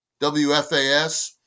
WFAS